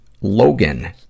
Logan